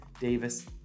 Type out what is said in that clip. Davis